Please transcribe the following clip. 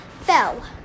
fell